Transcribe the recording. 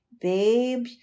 babe